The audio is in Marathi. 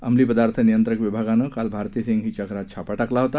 अमली पदार्थ नियंत्रक विभागानं काल भारती सिंग हीच्या घरात छापा घातला होता